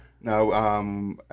No